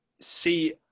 see